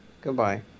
Goodbye